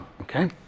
okay